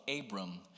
Abram